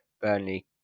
Burnley